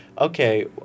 okay